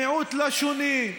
מיעוט לשוני.